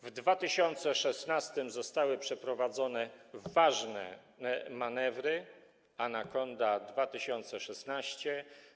W 2016 r. zostały przeprowadzone ważne manewry Anakonda 2016.